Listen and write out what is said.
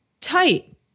Tight